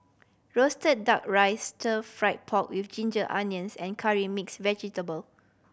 roasted Duck Rice Stir Fried Pork With Ginger Onions and Curry Mixed Vegetable